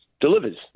delivers